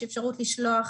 יש אפשרות לשלוח